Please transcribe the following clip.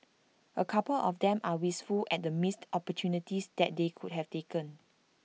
A couple of them are wistful at the missed opportunities that they could have taken